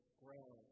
grow